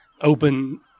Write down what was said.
open